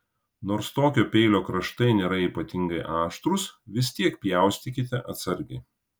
nors tokio peilio kraštai nėra ypatingai aštrūs vis tiek pjaustykite atsargiai